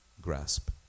grasp